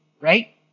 right